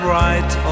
right